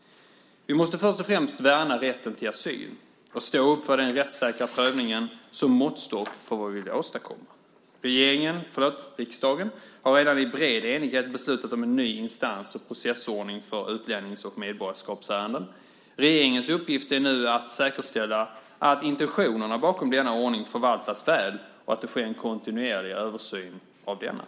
Vi måste först och främst värna rätten till asyl och stå upp för den rättssäkra prövningen som måttstock för vad vi vill åstadkomma. Riksdagen har redan i bred enighet beslutat om en ny instans och processordning för utlännings och medborgarskapsärenden. Regeringens uppgift är nu att säkerställa att intentionerna bakom denna ordning förvaltas väl och att det sker en kontinuerlig översyn av denna.